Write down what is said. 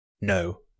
No